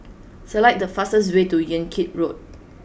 select the fastest way to Yan Kit Road